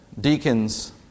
deacons